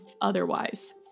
otherwise